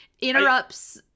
interrupts